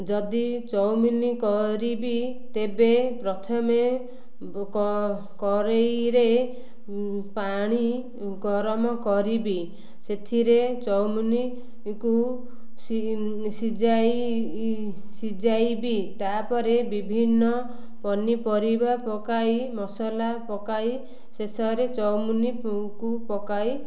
ଯଦି ଚଉମିନି କରିବି ତେବେ ପ୍ରଥମେ କ କରେଇରେ ପାଣି ଗରମ କରିବି ସେଥିରେ ଚଉମିନିକୁ ସିଜାଇ ସିଜାଇବି ତାପରେ ବିଭିନ୍ନ ପନିପରିବା ପକାଇ ମସଲା ପକାଇ ଶେଷରେ ଚଉମିନିକୁ ପକାଇ